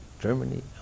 Germany